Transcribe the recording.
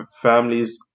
families